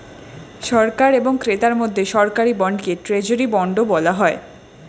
সরকার এবং ক্রেতার মধ্যে সরকারি বন্ডকে ট্রেজারি বন্ডও বলা হয়